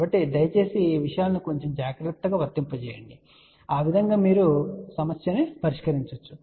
కాబట్టి దయచేసి ఈ విషయాలను కొంచెం జాగ్రత్తగా వర్తింపచేయండి మరియు ఆ విధంగా మీరు సమస్యను పరిష్కరించవచ్చు